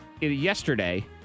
yesterday